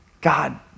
God